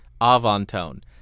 Avantone